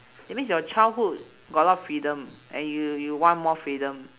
that means your childhood got a lot of freedom and you you want more freedom